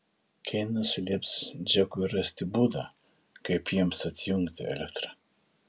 keinas lieps džekui rasti būdą kaip jiems atjungti elektrą